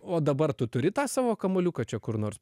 o dabar tu turi tą savo kamuoliuką čia kur nors